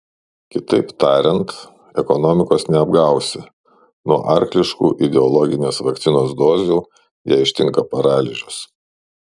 kitaip tariant ekonomikos neapgausi nuo arkliškų ideologinės vakcinos dozių ją ištinka paralyžius